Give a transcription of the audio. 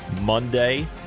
Monday